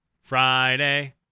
Friday